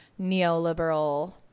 neoliberal